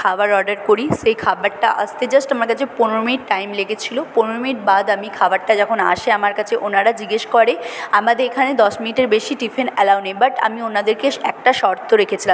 খাবার অর্ডার করি সেই খাবারটা আসতে জাস্ট আমার কাছে পনেরো মিনিট টাইম লেগেছিল পনেরো মিনিট বাদে আমি খাবারটা যখন আসে আমার কাছে ওনারা জিজ্ঞাসা করে আমাদের এখানে দশ মিনিটের বেশি টিফিন অ্যালাও নেই বাট আমি ওনাদেরকে একটা শর্ত রেখেছিলাম